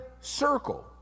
circle